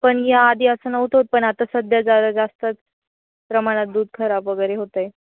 पण या आधी असं नव्हतं पण आता सध्या जरा जास्तच प्रमाणात दूध खराब वगैरे होतं आहे